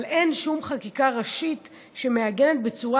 אבל אין שום חקיקה ראשית שמעגנת בצורה